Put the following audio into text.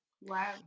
Wow